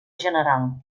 general